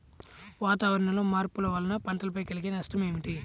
వాతావరణంలో మార్పుల వలన పంటలపై కలిగే నష్టం ఏమిటీ?